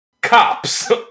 Cops